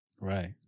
Right